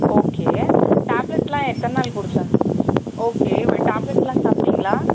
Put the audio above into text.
okay டேப்லெட்டெல்லாம் எத்தனை நாள் கொடுத்தேன் ஓகே வெ டேப்லெட்டெல்லாம் சாப்பிட்டீங்களா